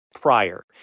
prior